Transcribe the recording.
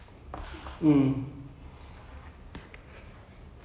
then he will realise that um